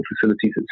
facilities